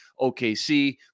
OKC